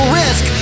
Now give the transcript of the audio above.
risk